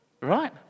Right